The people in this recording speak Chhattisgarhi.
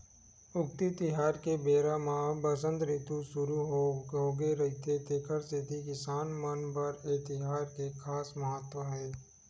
उक्ती तिहार के बेरा म बसंत रितु सुरू होगे रहिथे तेखर सेती किसान मन बर ए तिहार के खास महत्ता हे